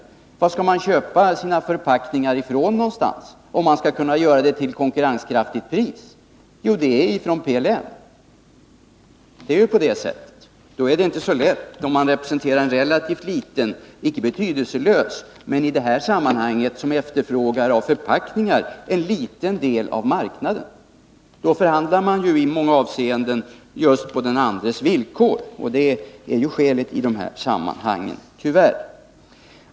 Var någonstans skall man köpa sina förpackningar, om det skall ske till konkurrenskraftigt pris? Jo, det är från PLM. Det är ju på det sättet, och då är det inte så lätt när man representerar en relativt liten del — även om den inte är betydelselös — av marknaden som efterfrågar förpackningar. Då förhandlar man ju i många avseenden just på den andres villkor, och det är tyvärr det som är skälet i detta sammanhang.